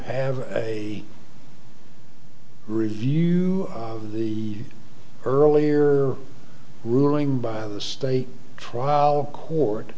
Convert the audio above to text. have a review the earlier ruling by the state trial court